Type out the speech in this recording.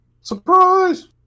Surprise